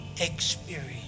experience